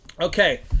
Okay